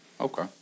Okay